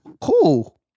cool